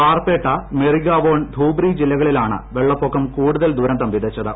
ബാർപേട്ട മെറിഗാവോൺ ധൂബ്രി ജില്ലകളിലാണ് വെളളപ്പൊക്കം കൂടുതൽ ദുരന്തം വിതച്ചത്